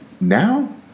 now